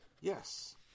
Yes